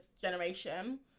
generation